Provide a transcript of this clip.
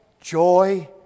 joy